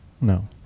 No